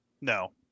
No